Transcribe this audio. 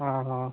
ହଁ ହଁ